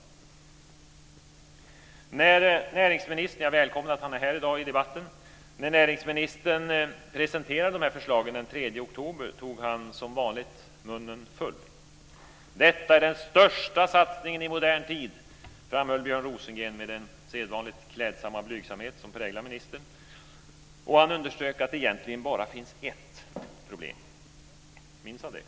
Jag välkomnar att näringsministern deltar i debatten i dag. När näringsministern presenterade förslagen den 3 oktober tog han som vanligt munnen full. Detta är den största satsningen i modern tid, framhöll Björn Rosengren med den sedvanligt klädsamma blygsamhet som präglar ministern. Han underströk att det egentligen bara finns ett problem - minns han det?